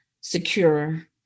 secure